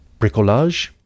bricolage